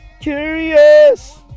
Curious